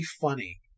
funny